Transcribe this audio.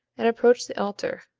and approached the altar,